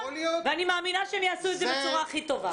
אני מאמינה שהם יעשו את זה בצורה הכי טובה.